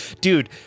Dude